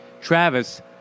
Travis